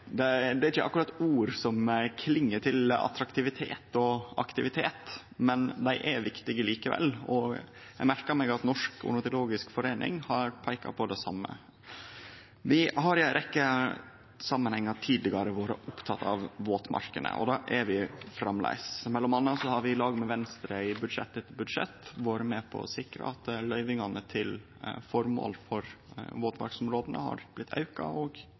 er ikkje akkurat ord som kling attraktivt og innbyr til aktivitet, men dei er viktige likevel. Eg merka meg at Norsk Ornitologisk Forening har peika på det same. Vi har i ei rekkje samanhengar tidlegare vore opptekne av våtmarkene, og det er vi framleis. Mellom anna har vi i lag med Venstre i budsjett etter budsjett vore med på å sikre at løyvingane til formål for våtmarksområda har blitt auka. Det er noko som ein står bak, og